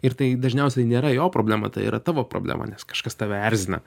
ir tai dažniausiai nėra jo problema tai yra tavo problema nes kažkas tave erzina